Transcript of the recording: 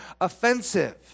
offensive